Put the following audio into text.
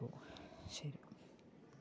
അപ്പോൾ ശരി